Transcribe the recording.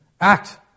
Act